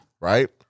Right